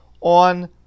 on